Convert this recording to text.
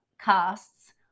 casts